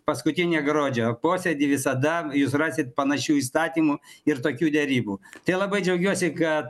paskutinį gruodžio posėdį visada jūs rasit panašių įstatymų ir tokių derybų tai labai džiaugiuosi kad